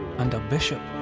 and a bishop.